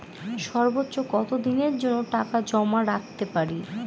সর্বোচ্চ কত দিনের জন্য টাকা জমা রাখতে পারি?